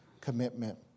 commitment